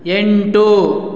ಎಂಟು